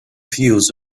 views